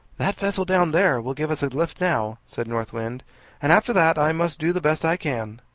that vessel down there will give us a lift now, said north wind and after that i must do the best i can.